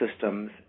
systems